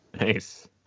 nice